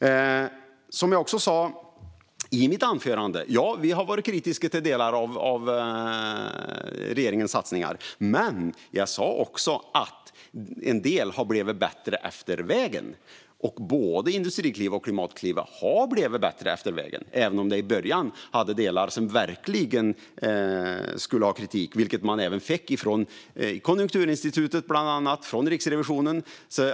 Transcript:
Ja, vi har, som jag också sa i mitt anförande, varit kritiska till delar av regeringens satsningar. Men jag sa också att en del har blivit bättre längs vägen. Både Industriklivet och Klimatklivet har blivit bättre längs vägen, även om det i början fanns delar som verkligen förtjänade kritik, som också kom från bland annat Konjunkturinstitutet och Riksrevisionen.